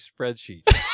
spreadsheet